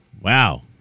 Wow